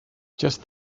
just